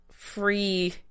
Free